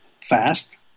fast